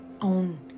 own